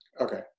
Okay